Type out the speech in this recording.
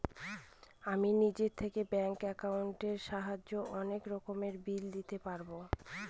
আমি নিজে থেকে ব্যাঙ্ক একাউন্টের সাহায্যে অনেক রকমের বিল দিতে পারবো